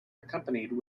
accompanied